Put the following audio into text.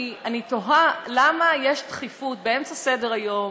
אני תוהה למה יש דחיפות באמצע סדר-היום